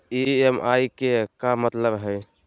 EMI के का मतलब हई?